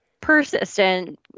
persistent